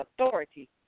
authority